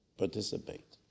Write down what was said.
participate